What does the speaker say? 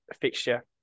fixture